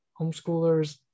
homeschoolers